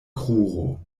kruro